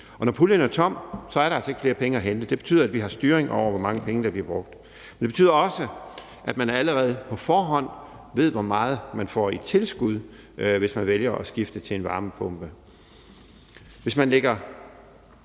og når puljen er tom, er der altså ikke flere penge at hente. Det betyder, at vi har styring med, hvor mange penge der bliver brugt. Det betyder også, at man allerede på forhånd ved, hvor meget man får i tilskud, hvis man vælger at skifte til en varmepumpe. Hvis man lægger